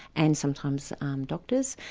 and sometimes um doctors,